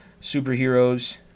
superheroes